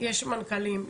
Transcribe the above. יש מנכ"לים,